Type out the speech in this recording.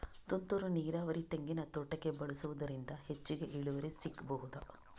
ತುಂತುರು ನೀರಾವರಿ ತೆಂಗಿನ ತೋಟಕ್ಕೆ ಬಳಸುವುದರಿಂದ ಹೆಚ್ಚಿಗೆ ಇಳುವರಿ ಸಿಕ್ಕಬಹುದ?